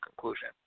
conclusion